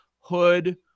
hood